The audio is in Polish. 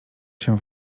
się